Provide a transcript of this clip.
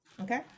Okay